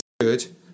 good